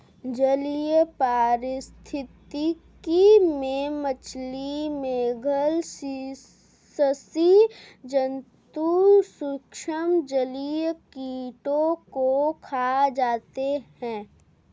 जलीय पारिस्थितिकी में मछली, मेधल स्सि जन्तु सूक्ष्म जलीय कीटों को खा जाते हैं